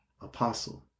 Apostle